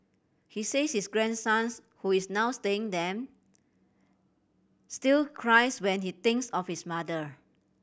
he says his grandsons who is now staying them still cries when he thinks of his mother